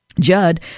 Judd